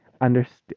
understand